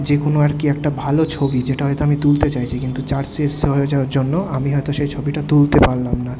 যেকোনও আর কী একটা ভালো ছবি যেটা হয়তো আমি তুলতে চাইছি কিন্তু চার্জ শেষ হয়ে যাওয়ার জন্য আমি হয়তো সেই ছবিটা তুলতে পারলাম না